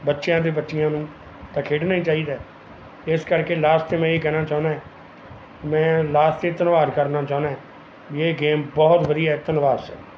ਬੱਚਿਆਂ ਤੇ ਬੱਚੀਆਂ ਨੂੰ ਤਾਂ ਖੇਡਣਾ ਹੀ ਚਾਹੀਦਾ ਇਸ ਕਰਕੇ ਲਾਸਟ ਤੇ ਮੈਂ ਇਹੀ ਕਹਿਣਾ ਚਾਹੁੰਦਾ ਮੈਂ ਲਾਸਟ ਤੇ ਧੰਨਵਾਦ ਕਰਨਾ ਚਾਹੁੰਦਾ ਵੀ ਇਹ ਗੇਮ ਬਹੁਤ ਵਧੀਆ ਧੰਨਵਾਦ ਸਰ